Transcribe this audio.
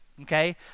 okay